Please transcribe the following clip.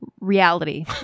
reality